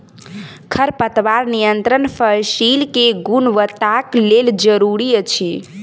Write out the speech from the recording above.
खरपतवार नियंत्रण फसील के गुणवत्ताक लेल जरूरी अछि